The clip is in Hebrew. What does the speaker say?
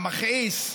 המכעיס,